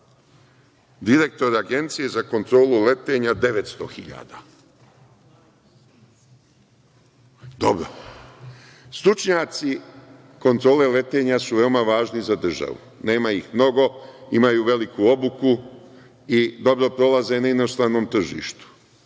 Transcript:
direktor Agencije za kontrolu letenja 900.000.Dobro, stručnjaci Kontrole letenja su veoma važni za državu. Nema ih mnogo. Imaju veliku obuku i dobro prolaze na inostranom tržištu.